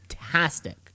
Fantastic